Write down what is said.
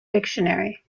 dictionary